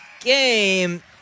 game